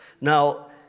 Now